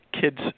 kids